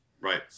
Right